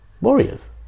warriors